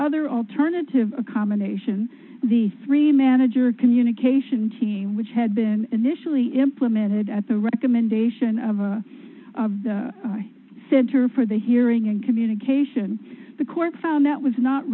other alternative accommodation the three manager communication team which had been initially implemented at the recommendation of a center for the hearing and communication the court found that was not